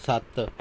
ਸੱਤ